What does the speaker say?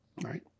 right